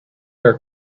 her